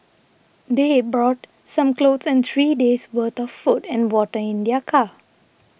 they A brought some clothes and three days' worth of food and water in their car